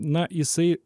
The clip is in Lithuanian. na jisai